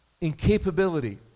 incapability